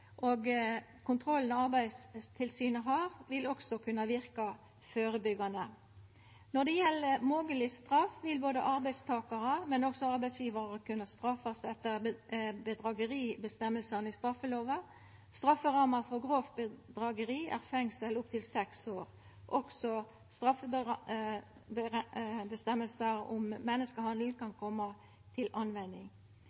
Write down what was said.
effektivisera kontrollen, og kontrollen Arbeidstilsynet har, vil også kunna verka førebyggjande. Når det gjeld mogleg straff, vil både arbeidstakarar og også arbeidsgjevarar kunna straffast etter bedrageriføresegnene i straffelova. Strafferamma for grovt bedrageri er fengsel opp til seks år. Også straffeføresegnene om menneskehandel kan